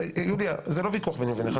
יוליה, זה לא ויכוח ביני ובינך.